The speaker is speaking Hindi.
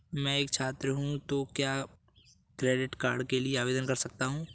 मैं एक छात्र हूँ तो क्या क्रेडिट कार्ड के लिए आवेदन कर सकता हूँ?